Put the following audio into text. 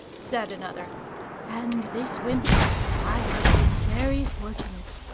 said another and this winter i have been very fortunate.